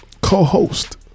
co-host